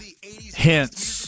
Hints